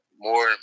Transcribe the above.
More